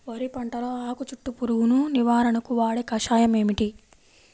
వరి పంటలో ఆకు చుట్టూ పురుగును నివారణకు వాడే కషాయం ఏమిటి?